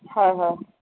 হয় হয়